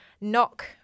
knock